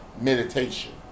meditation